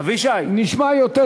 זה נשמע יותר טוב.